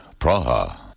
Praha